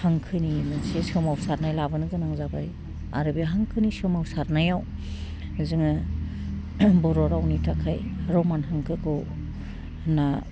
हांखोनि मोनसे सोमावसारनाय लाबोनो गोनां जाबाय आरो बे हांखोनि सोमावसारनायाव जोङो बर' रावनि थाखाइ रमान हांखोखौ ना